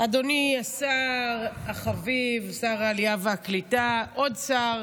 אדוני השר החביב, שר העלייה והקליטה, עוד שר